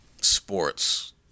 sports